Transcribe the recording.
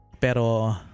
pero